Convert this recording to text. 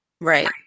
Right